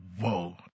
Whoa